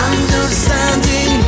Understanding